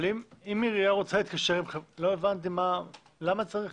למה צריך?